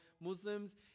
Muslims